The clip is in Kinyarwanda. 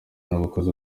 n’abayobozi